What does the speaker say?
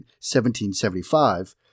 1775